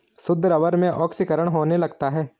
शुद्ध रबर में ऑक्सीकरण होने लगता है